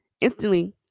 instantly